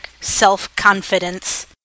self-confidence